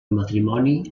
matrimoni